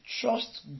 trust